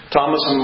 Thomas